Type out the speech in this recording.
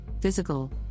physical